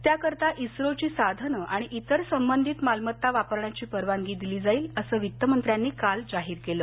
त्याकरता इस्रोची साधनं आणि इतर संबंधित मालमत्ता वापरण्याची परवानगी दिली जाईल असं वित्तमंत्र्यांनी काल जाहीर केलं